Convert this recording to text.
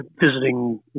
visiting